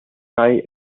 معي